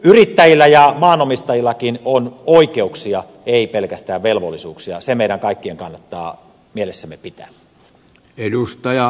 yrittäjillä ja maanomistajillakin on oikeuksia ei pelkästään velvollisuuksia se meidän kaikkien kannattaa mielessämme pitää